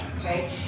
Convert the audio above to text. Okay